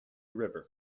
river